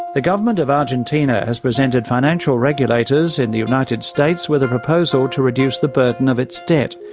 the government of argentina has presented financial regulators in the united states with a proposal to reduce the burden of its debt.